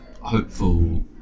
hopeful